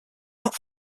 not